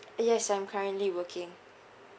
yes I'm currently working